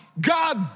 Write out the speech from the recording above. God